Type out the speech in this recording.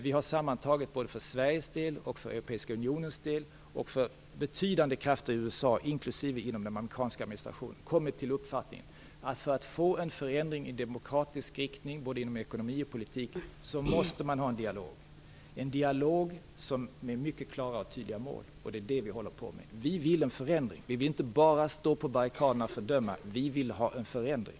Vi har sammantaget, både för Sveriges och för Europeiska unionens del samt inom betydande krafter i USA inklusive den amerikanska administrationen, kommit till den uppfattningen att för att få en förändring i demokratisk riktning, både inom ekonomi och politik, måste man ha en dialog med mycket klara och tydliga mål. Det är det vi håller på med. Vi vill inte bara stå på barrikaderna och fördöma - vi vill ha en förändring.